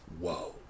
Whoa